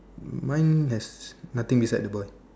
mine has nothing beside the boy